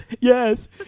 yes